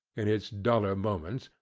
in its duller moments,